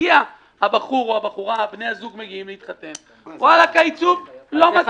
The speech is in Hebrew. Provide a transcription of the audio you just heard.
מגיעים בני הזוג להתחתן והעיצוב לא מתאים להם.